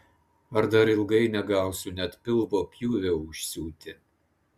ar dar ilgai negausiu net pilvo pjūvio užsiūti